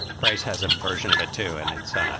price has a version of it too. and it's ah